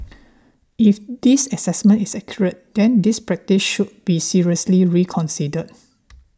if this assessment is accurate then this practice should be seriously reconsidered